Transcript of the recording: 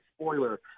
spoiler